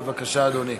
בבקשה, אדוני.